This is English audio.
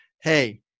hey